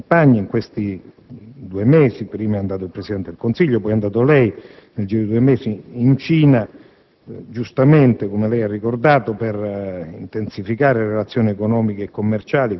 Il Governo italiano ha avviato una vera e propria campagna in questi mesi: prima è andato in Cina il Presidente del Consiglio, poi lei, nel giro di due mesi, lo ha